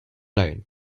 loan